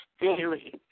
daily